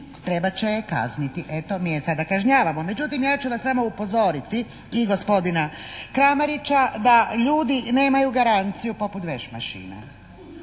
trebat će je kazniti. Eto, mi je sada kažnjavamo. Međutim, ja ću vas samo upozoriti i gospodina Kramarića da ljudi nemaju garanciju poput veš mašina.